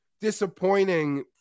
disappointing